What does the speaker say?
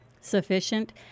Sufficient